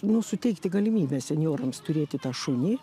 nu suteikti galimybę senjorams turėti tą šunį